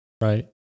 right